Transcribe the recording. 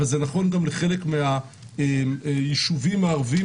אבל זה נכון גם לחלק מהיישובים הערביים